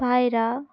পায়রা